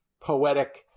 poetic